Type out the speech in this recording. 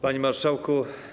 Panie Marszałku!